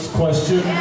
question